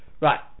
Right